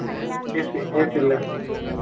S एस लें